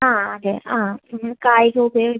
ആ അതെ ആ നിങ്ങൾക്കായി ഉപയോ